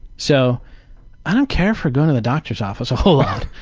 so i don't care for going to the doctor's office a whole lot.